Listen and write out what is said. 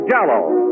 Jell-O